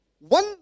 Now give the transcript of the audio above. one